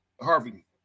Harvey